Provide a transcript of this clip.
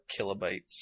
kilobytes